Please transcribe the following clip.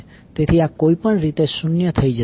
તેથી આ કોઈપણ રીતે શૂન્ય થઈ જશે